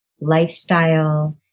lifestyle